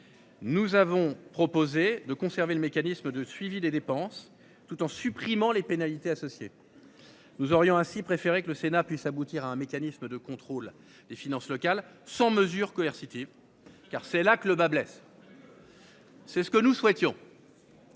Nous avons proposé de conserver le mécanisme de suivi des dépenses tout en supprimant les pénalités associés. Nous aurions ainsi préféré que le Sénat puisse aboutir à un mécanisme de contrôle des finances locales sans mesures coercitives car c'est là que le bât blesse.-- C'est ce que nous souhaitons.--